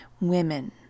women